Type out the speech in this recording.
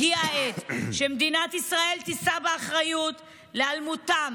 הגיעה העת שמדינת ישראל תישא באחריות להיעלמותם